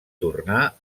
tornar